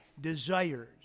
desires